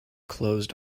closed